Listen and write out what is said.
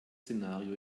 szenario